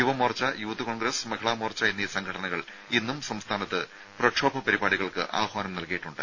Yuva Morcha youth Congress Mahila Morcha എന്നീ സംഘടനകൾ ഇന്നും സംസ്ഥാനത്ത് പ്രക്ഷോഭ പരിപാടികൾക്ക് ആഹ്വാനം നൽകിയിട്ടുണ്ട്